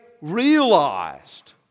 realized